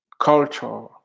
culture